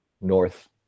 North